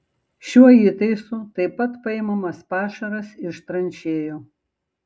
šiuo įtaisu taip pat paimamas pašaras iš tranšėjų